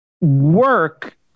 work